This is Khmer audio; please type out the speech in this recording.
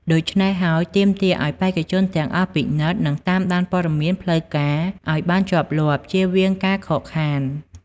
ដូច្នេះហើយ ទាមទារឲ្យបេក្ខជនទាំងអស់ពិនិត្យ និងតាមដានព័ត៌មានផ្លូវការឲ្យបានជាប់លាប់ ជៀសវាងការខកខាន។